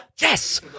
Yes